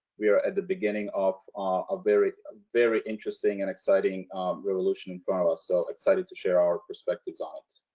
we are at the beginning of a very, ah very interesting and exciting revolution in front of us. so excited to share our perspectives on it.